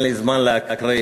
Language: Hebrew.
אין לי זמן להקריא,